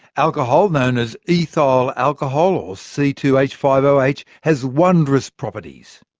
alcohol, known as ethyl alcohol, or c two h five o h, has wondrous properties.